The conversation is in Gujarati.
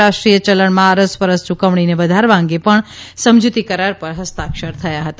રાષ્ટ્રીય યલણમાં અરસપરસ યૂકવણીને વધારવા અંગે પણ સમજૂતી કરાર પર ફસ્તાક્ષર થયા હતા